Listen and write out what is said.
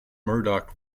murdoch